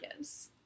Yes